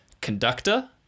conductor